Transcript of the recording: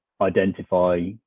identify